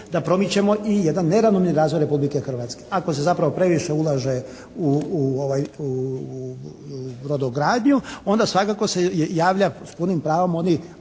da promičemo i jedan neravnomjerni razvoj Republike Hrvatske. Ako se zapravo previše ulaže u brodogradnju onda svakako se javlja s punim pravom ovdje,